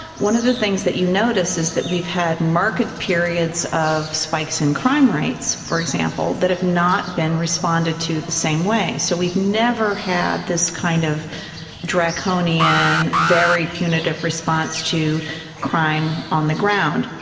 one of the things that you notice is that we've had marked periods of spikes in crime rates, for example, that have not been responded to the same way. so we've never had this kind of draconian, draconian, very punitive response to crime on the ground.